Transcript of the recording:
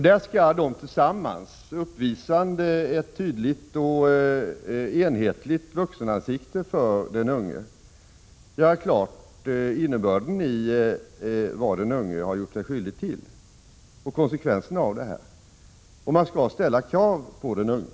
De skall tillsammans, uppvisande ett tydligt och enhetligt vuxenansikte för den unge, göra klart innebörden av vad den unge har gjort sig skyldig till och konsekvenserna av det. De skall ställa krav på den unge.